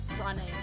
running